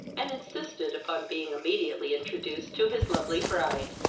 and insisted upon being immediately introduced to his lovely bride.